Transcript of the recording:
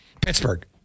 Pittsburgh